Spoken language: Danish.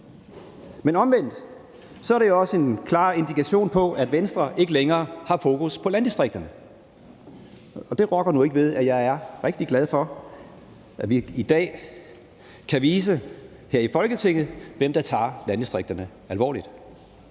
Men omvendt er det jo også en klar indikation på, at Venstre ikke længere har fokus på landdistrikterne. Det rokker nu ikke ved, at jeg er rigtig glad for, at vi i dag kan vise her i Folketinget, hvem der tager landdistrikterne alvorligt.